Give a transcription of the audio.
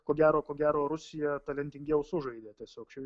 ko gero ko gero rusija talentingiau sužaidė tiesiog čia